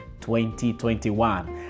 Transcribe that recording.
2021